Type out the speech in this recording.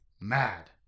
mad